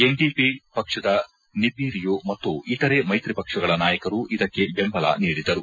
NDP ಪಕ್ಷದ ನಿಪಿ ರಿಯೊ ಮತ್ತು ಇತರೆ ಮೈತ್ರಿ ಪಕ್ಷಗಳ ನಾಯಕರು ಇದಕ್ಕೆ ಬೆಂಬಲ ನೀಡಿದರು